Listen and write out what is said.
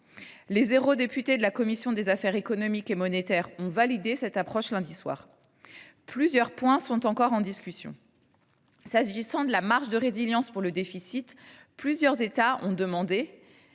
Les eurodéputés de la commission des affaires économiques et monétaires ont validé cette approche lundi soir. Plusieurs points demeurent en discussion. Le premier est la marge de résilience pour le déficit. Plusieurs États ont demandé,